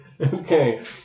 Okay